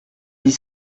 dix